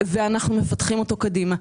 אנחנו מפתחים אותו קדימה.